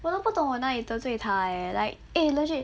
我都不懂我哪里得罪她 eh like eh legit